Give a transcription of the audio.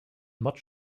much